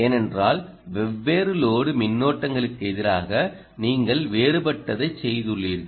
ஏனென்றால் வெவ்வேறு லோடு மின்னோட்டங்களுக்கு எதிராக நீங்கள் வேறுபட்டதைச் செய்துள்ளீர்கள்